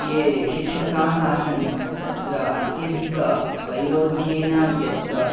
ये शिक्षकाः आसन् तत्र अत्यधिक वैरोध्येन यत्